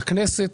לכנסת,